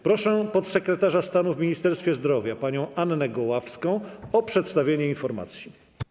Proszę podsekretarza stanu w Ministerstwie Zdrowia panią Annę Goławską o przedstawienie informacji.